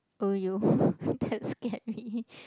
!aiyo! that scared me